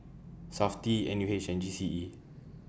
Safti N U H and G C E